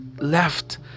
left